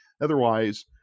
Otherwise